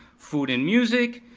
food and music.